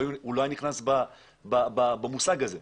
הוא לא היה נכנס במושג הזה.